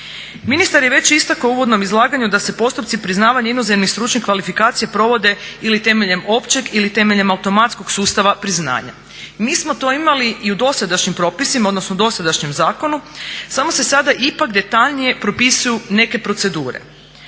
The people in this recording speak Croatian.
Ministar je već istakao u uvodnom izlaganju da se postupci priznavanja inozemnih stručnih kvalifikacija provode ili temeljem općeg ili temeljem automatskog sustava priznanja. Mi smo to imali i u dosadašnjim propisima odnosno dosadašnjem zakonu samo se sada ipak detaljnije propisuju neke procedure.